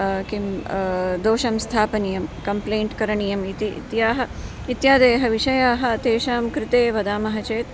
किं दोषं स्थापनीयं कम्प्लेण्ट् करणीयम् इति इत्यादि इत्यादयः विषयाः तेषां कृते वदामः चेत्